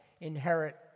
inherit